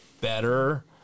better